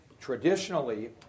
Traditionally